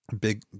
big